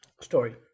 story